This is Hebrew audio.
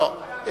לא, לא.